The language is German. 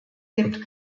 gibt